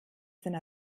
sind